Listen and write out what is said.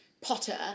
Potter